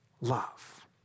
love